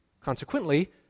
consequently